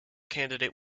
candidate